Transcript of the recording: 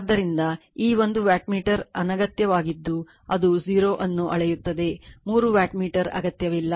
ಆದ್ದರಿಂದ ಈ ಒಂದು ವ್ಯಾಟ್ಮೀಟರ್ ಅನಗತ್ಯವಾಗಿದ್ದು ಅದು 0 ಅನ್ನು ಅಳೆಯುತ್ತದೆ ಮೂರು ವ್ಯಾಟ್ಮೀಟರ್ ಅಗತ್ಯವಿಲ್ಲ